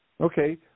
Okay